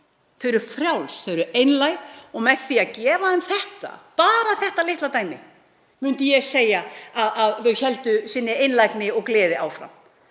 Þau eru frjáls, þau eru einlæg og með því að gefa þeim þetta, bara þetta litla dæmi, myndi ég segja að þau héldu einlægni sinni og gleði áfram,